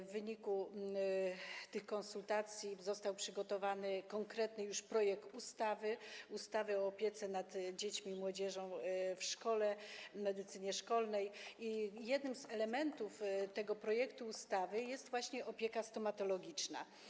W wyniku tych konsultacji został przygotowany już konkretny projekt ustawy o opiece nad dziećmi i młodzieżą w szkole, w medycynie szkolnej, i jednym z elementów tego projektu ustawy jest właśnie opieka stomatologiczna.